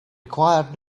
required